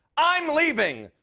i'm leaving!